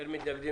מי נגד?